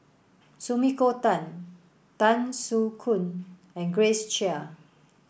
Sumiko Tan Tan Soo Khoon and Grace Chia